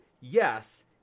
Yes